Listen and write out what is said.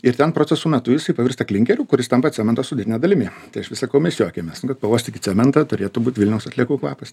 ir ten procesų metu jisai pavirsta klinkeriu kuris tampa cemento sudėtine dalimi tai aš vis sakau mes juokiamės kad pauostykit cementą turėtų būt vilniaus atliekų kvapas